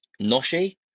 Noshi